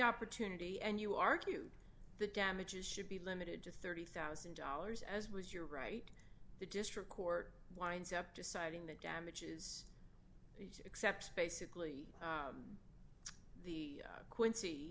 opportunity and you argued the damages should be limited to thirty thousand dollars as was your right the district court winds up deciding the damages except basically the quincy